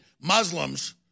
Muslims